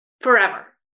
forever